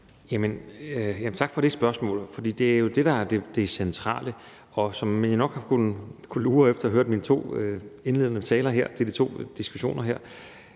Tak for det spørgsmål. For det er jo det, der er det centrale, og som I nok har kunnet lure efter at have hørt mine to indledende taler til de her to diskussioner,